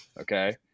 okay